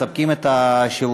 מספקים את השירותים,